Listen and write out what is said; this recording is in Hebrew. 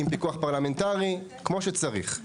עם פיקוח פרלמנטרי כמו שצריך,